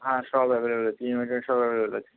হ্যাঁ সব available EMI তে সব অ্যাভাইলেবেল